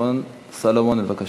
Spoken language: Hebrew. שמעון סולומון, בבקשה.